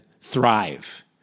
thrive